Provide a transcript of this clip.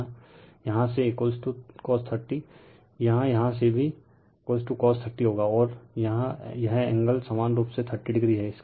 यहाँ यहाँ से cos 30 यहाँ से यहाँ भी cos 30o होगा और यह एंगल समान रूप से 30o हैं